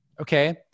Okay